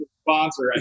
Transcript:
sponsor